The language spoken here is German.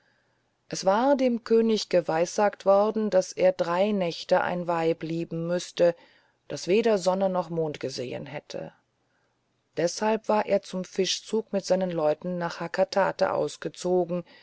es war dem könig geweissagt worden daß er drei nächte ein weib lieben müßte das weder sonne noch mond gesehen hätte deshalb war er zum fischzug mit seinen leuten nach hakatate ausgezogen